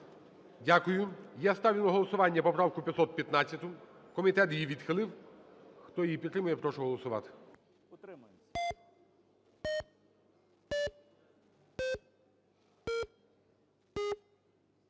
Дякую. Я ставлю на голосування поправку 515. Комітет її відхилив. Хто її підтримує, прошу голосувати.